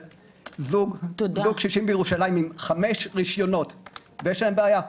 של זוג קשישים בירושלים עם חמש רישיונות ויש להם בעיה.